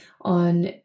on